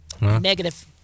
Negative